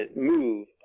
Move